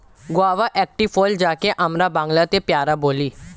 guava একটি ফল যাকে আমরা বাংলাতে পেয়ারা বলি